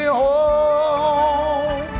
home